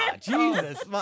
Jesus